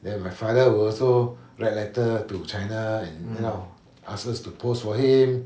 then my father will also write letter to china and you know ask us to post for him